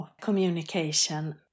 communication